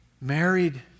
Married